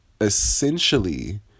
essentially